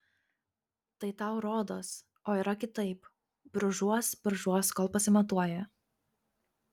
tai tau rodos o yra kitaip brūžuos brūžuos kol pasimatuoja